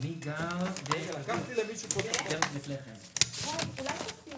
את מטילה עלי מס על